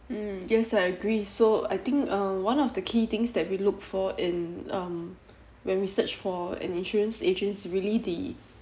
um yes I agree so I think uh one of the key things that we look for in um when we search for an insurance agent is really the